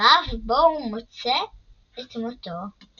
בקרב בו הוא מוצא את מותו.